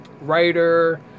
writer